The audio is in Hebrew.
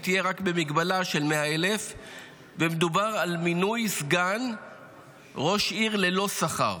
והיא תהיה רק מגבלה של 100,000. מדובר על מינוי סגן ראש עיר ללא שכר,